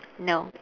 no